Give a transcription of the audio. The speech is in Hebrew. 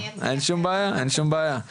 אני גם נציגה של מועצת התלמידים והנוער הארצית,